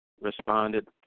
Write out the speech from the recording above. responded